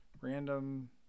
random